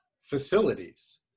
facilities